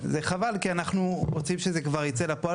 וחבל כי אנחנו רוצים שזה כבר ייצא לפועל